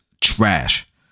trash